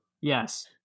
Yes